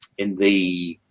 in the